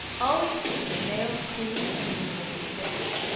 always keep your nails clean and you will be rich.